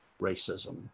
racism